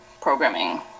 programming